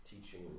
teaching